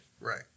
Right